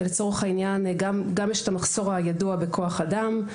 לצורך העניין יש מחסור ידוע בכוח אדם.